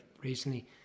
recently